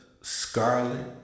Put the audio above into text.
Scarlet